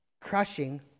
crushing